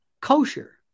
kosher